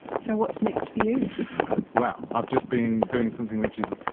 so what's next for you? well, i've just been doing something which is,